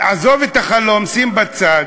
עזוב את החלום, שים בצד.